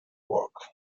work